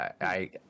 I-